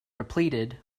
depleted